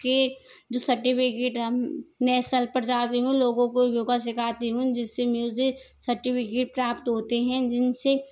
के जो सर्टिफिकेट हम नेसल पर जाती हूँ लोगों को योग सिखाती हूँ जिस से मुझे सर्टिफिकेट प्राप्त होते हैं जिन से